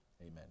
Amen